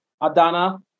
adana